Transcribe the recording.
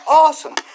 awesome